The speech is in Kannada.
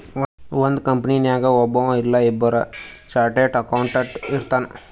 ಒಂದ್ ಕಂಪನಿನಾಗ್ ಒಬ್ಬವ್ ಇಲ್ಲಾ ಇಬ್ಬುರ್ ಚಾರ್ಟೆಡ್ ಅಕೌಂಟೆಂಟ್ ಇರ್ತಾರ್